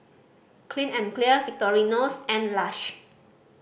Clean and Clear Victorinox and Lush